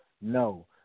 No